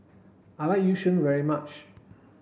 I like yu sheng very much